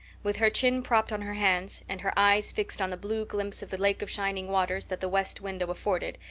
with her chin propped on her hands and her eyes fixed on the blue glimpse of the lake of shining waters that the west window afforded,